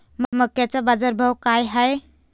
मक्याचा बाजारभाव काय हाय?